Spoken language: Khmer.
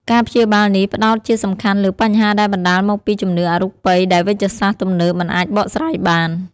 ការព្យាបាលនេះផ្តោតជាសំខាន់លើបញ្ហាដែលបណ្តាលមកពីជំនឿអរូបិយដែលវេជ្ជសាស្ត្រទំនើបមិនអាចបកស្រាយបាន។